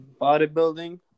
bodybuilding